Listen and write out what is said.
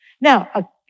Now